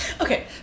Okay